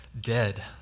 dead